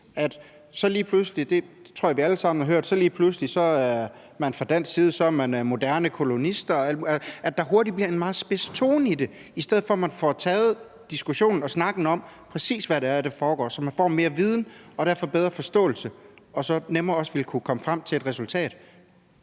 spids. Lige pludselig – det tror jeg at vi alle sammen har hørt – er man fra dansk side moderne kolonist og alt muligt. Så kommer der meget hurtigt en spids tone, i stedet for at man får taget diskussionen og snakken om, præcis hvad det er, der foregår, så man får mere viden og derfor bedre en forståelse og også nemmere vil kunne komme frem til et resultat.